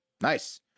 nice